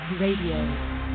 Radio